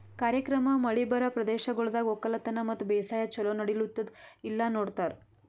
ಕಾರ್ಯಕ್ರಮ ಮಳಿ ಬರಾ ಪ್ರದೇಶಗೊಳ್ದಾಗ್ ಒಕ್ಕಲತನ ಮತ್ತ ಬೇಸಾಯ ಛಲೋ ನಡಿಲ್ಲುತ್ತುದ ಇಲ್ಲಾ ನೋಡ್ತಾರ್